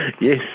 Yes